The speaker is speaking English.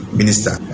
minister